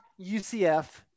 UCF